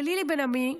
ללילי בן עמי,